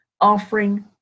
offering